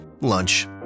Lunch